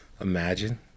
Imagine